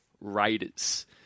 Raiders